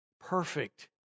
Perfect